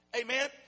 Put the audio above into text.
Amen